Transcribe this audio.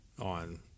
on